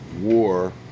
war